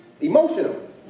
Emotional